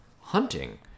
hunting